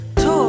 Two